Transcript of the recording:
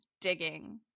digging